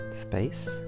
space